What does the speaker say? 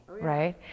right